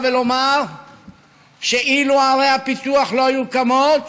ולומר שאילו ערי הפיתוח לא היו קמות,